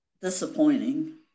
disappointing